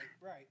Right